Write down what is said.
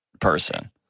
person